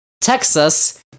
Texas